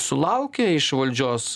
sulaukia iš valdžios